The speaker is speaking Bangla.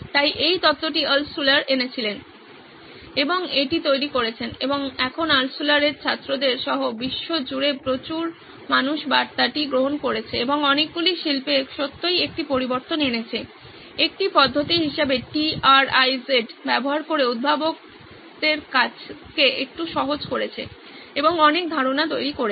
তাই এই তত্ত্বটি এনেছিলেন এবং এটি তৈরি করেছেন এবং এখন এর ছাত্রদের সহ বিশ্বজুড়ে প্রচুর মানুষ বার্তাটি গ্রহণ করেছে এবং অনেকগুলি শিল্পে সত্যিই একটি পরিবর্তন এনেছে একটি পদ্ধতি হিসাবে টি আর আই জেড ব্যবহার করে উদ্ভাবকদের কাজকে একটু সহজ করেছে এবং অনেক ধারণা তৈরি করেছে